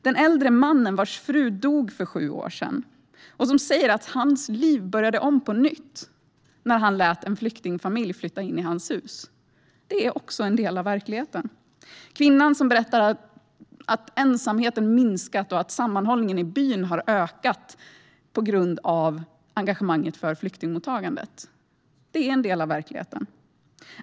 Den äldre mannen vars fru dog för sju år sedan och som säger att hans liv börjat om på nytt sedan han lät en flyktingfamilj flytta in i huset är också en del av verkligheten. Kvinnan som berättar att ensamheten har minskat och att sammanhållningen i byn har ökat på grund av engagemanget i flyktingmottagandet är en del av verkligheten.